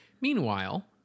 Meanwhile